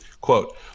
Quote